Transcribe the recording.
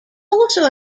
also